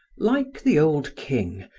like the old king,